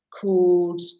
called